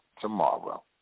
tomorrow